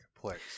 place